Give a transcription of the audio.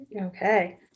Okay